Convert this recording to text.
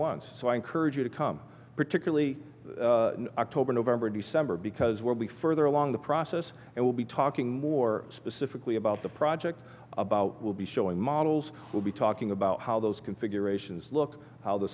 you to come particularly october november december because we're be further along the process and we'll be talking more specifically about the project about we'll be showing models we'll be talking about how those configurations look how the